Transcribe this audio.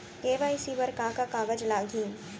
KYC बर का का कागज लागही?